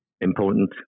important